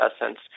essence